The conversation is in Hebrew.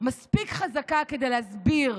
מספיק חזקות כדי להסביר